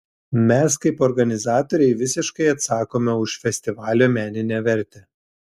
mes kaip organizatoriai visiškai atsakome už festivalio meninę vertę